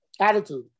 attitude